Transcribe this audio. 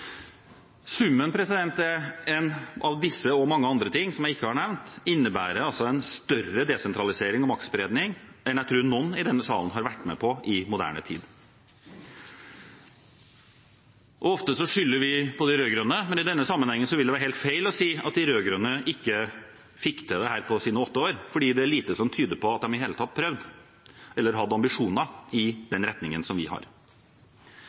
Summen av disse og mange andre ting, som jeg ikke har nevnt, innebærer altså en større desentralisering og maktspredning enn jeg tror noen i denne salen har vært med på i moderne tid. Ofte skylder vi på de rød-grønne, men i denne sammenhengen vil det være helt feil å si at de rød-grønne ikke fikk til dette på sine åtte år, for det er lite som tyder på at de i det hele tatt prøvde, eller hadde ambisjoner i den retningen som vi har.